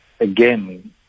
Again